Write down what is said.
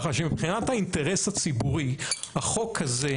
ככה שמבחינת האינטרס הציבורי החוק הזה,